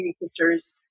sisters